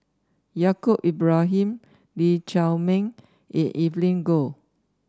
Yaacob Ibrahim Lee Chiaw Meng and Evelyn Goh